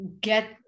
get